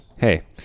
Hey